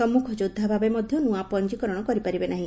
ସମ୍ମୁଖ ଯୋବ୍ଧା ଭାବେ ମଧା ନୁଆ ପଞ୍ଚୀକରଣ କରିପାରିବେ ନାହି